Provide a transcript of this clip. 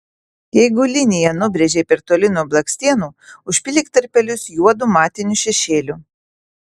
jeigu liniją nubrėžei per toli nuo blakstienų užpildyk tarpelius juodu matiniu šešėliu